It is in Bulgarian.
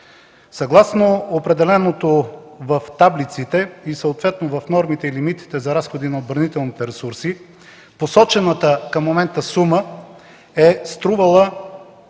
Съгласно определеното в таблиците и съответно в нормите и лимитите за разходи на отбранителните ресурси посочената към момента сума в бюджета